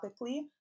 topically